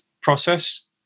process